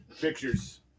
Pictures